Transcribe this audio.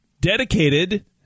dedicated